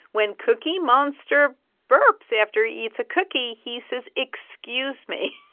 when cookie monster burps after he eats a cookie, he says, excuse me.